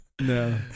No